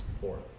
fourth